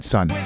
Son